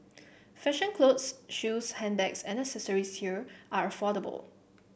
fashion clothes shoes handbags and accessories here are affordable